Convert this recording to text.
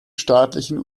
staatlichen